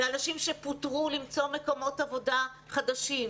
לאנשים שפוטרו, למצוא מקומות עבודה חדשים.